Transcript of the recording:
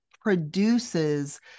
produces